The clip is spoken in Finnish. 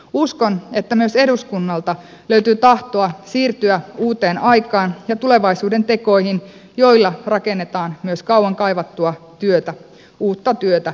uskon että myös eduskunnalta löytyy tahtoa siirtyä uuteen aikaan ja tulevaisuuden tekoihin joilla rakennetaan myös kauan kaivattua työtä uutta työtä suomeen